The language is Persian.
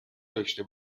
داشته